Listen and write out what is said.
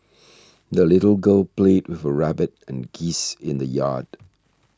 the little girl played with her rabbit and geese in the yard